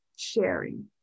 Sharing